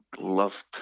loved